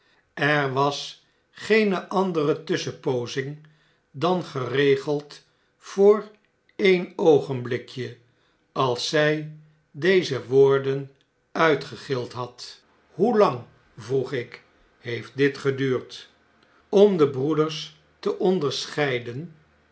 er was geene andere tusschenpoozing dan geregeld voor een oogenblikje als zg deze woorden uitgegild had hoelang vroeg ik heeft dit geduurd om de broeders te onderscheiden